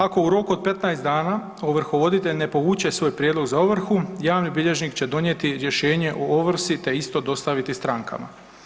Ako u roku od 15 dana ovrhovoditelj ne povuče svoj prijedlog za ovrhu javni bilježnik će donijeti rješenje o ovrsi te isto dostaviti strankama.